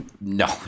No